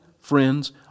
friends